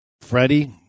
Freddie